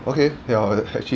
okay ya actually